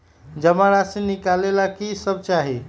जमा राशि नकालेला कि सब चाहि?